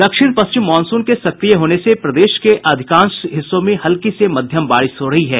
दक्षिण पश्चिम मॉनसून के सकिय होने से प्रदेश के अधिकांश हिस्सों में हल्की से मध्यम बारिश हो रही है